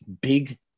big